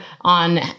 on